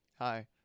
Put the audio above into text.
hi